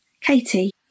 Katie